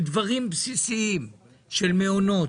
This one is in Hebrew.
בדברים בסיסיים של מעונות,